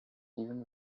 even